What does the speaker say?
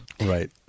Right